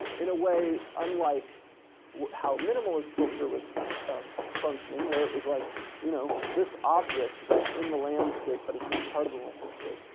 in a way unlike how minimalist sculpture was functioning, where it was like you know this object that's in the landscape but it's not part of the landscape.